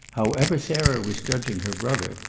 however sarah was judging her brother,